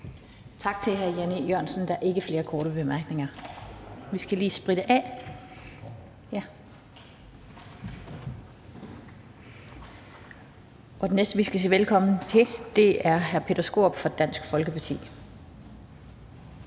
Tak til hr. Jan E. Jørgensen. Der er ikke flere korte bemærkninger. Og den næste, vi skal sige velkommen til, er hr. Peter Skaarup fra Dansk Folkeparti.